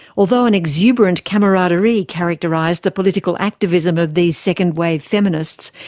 although an exuberant camaraderie characterised the political activism of these second-wave feminists,